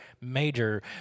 major